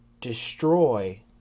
destroy